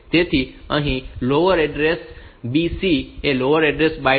તેથી અહીં lower order BC એ લોઅર ઓર્ડર બાઈટ છે